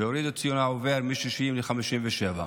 הורידו את ציון העובר מ-60 ל-57.